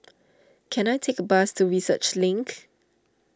can I take a bus to Research Link